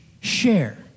share